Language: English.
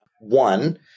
One